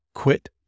Quit